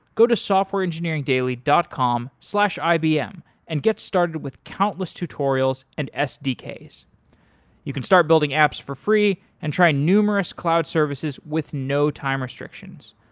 go to softwareengineeringdaily dot com slash ibm and get started with countless tutorials and sdks. you can start building apps for free and try numerous cloud services with no time restrictions.